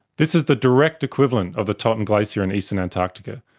this is the direct equivalent of the totten glacier in eastern antarctica,